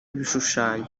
ibishushanyo